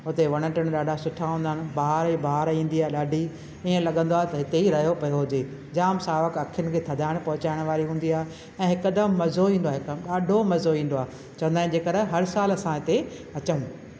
उते वणु टिणु ॾाढा सुठा हूंदा आहिनि बहार बहार ईंदी आहे ॾाढी हीअं लॻंदो आहे की हिते ई रहियो पियो हुजे जाम सावक अख़ियुनि में थधाणि पहुचाइण वारी हूंदी आहे ऐं हिकु त मज़ो ईंदो आहे हितां ॾाढो मज़ो ईंदो आहे चवंदा आहिनि जंहिं करे हर सालु असां हिते अचूं